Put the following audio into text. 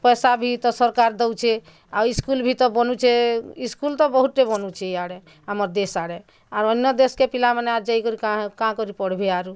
ପଇସା ଭି ତ ସରକାର୍ ଦଉଛି ଆଉ ସ୍କୁଲ୍ ଭି ତ ବନୁଛେ ସ୍କୁଲ୍ ତ ବହୁତ୍ ଟେ ବନୁଛେ ଇଆଡ଼େ ଆମର୍ ଦେଶ୍ ଆଡ଼େ ଆର୍ ଅନ୍ୟ ଦେଶ୍ କେ ପିଲାମାନେ ଆର୍ ଯାଇକରି କାଁ କାଁ କରି ପଢ଼ବେ ଆରୁ